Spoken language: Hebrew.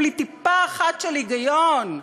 בלי טיפה אחת של היגיון.